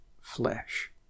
flesh